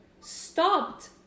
stopped